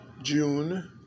June